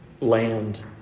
land